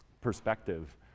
perspective